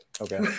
Okay